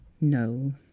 No